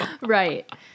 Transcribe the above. right